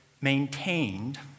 maintained